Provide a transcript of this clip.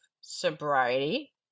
sobriety